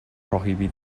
prohibited